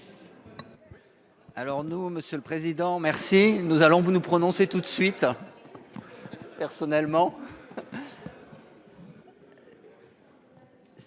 Alors nous, Monsieur le Président merci. Nous allons vous nous prononcer tout de suite. Personnellement.